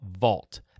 vault